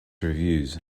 reviews